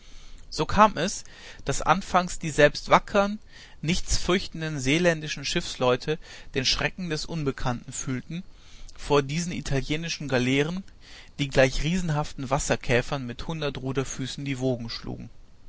so kam es daß anfangs selbst die wackern nichts fürchtenden seeländischen schiffsleute den schrecken des unbekannten fühlten vor diesen italienischen galeeren die gleich riesenhaften wasserkäfern mit hundert ruderfüßen die wogen schlugen